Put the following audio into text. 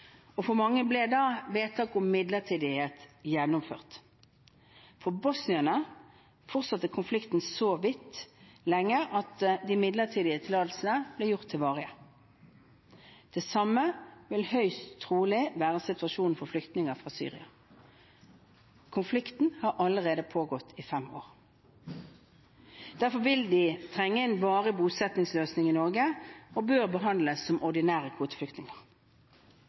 og for mange ble vedtak om midlertidighet da gjennomført. For bosnierne fortsatte konflikten så vidt lenge at de midlertidige tillatelsene ble gjort til varige. Det samme vil høyst trolig være situasjonen for flyktninger fra Syria. Konflikten har allerede pågått i fem år. Derfor vil de trenge en varig bosettingsløsning i Norge og bør behandles som ordinære kvoteflyktninger.